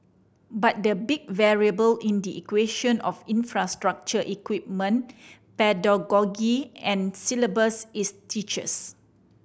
but the big variable in the equation of infrastructure equipment pedagogy and syllabus is teachers